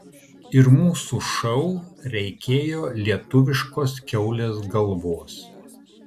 ir mūsų šou reikėjo lietuviškos kiaulės galvos